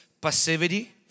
passivity